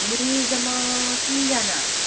हामी जम्मा तिनजना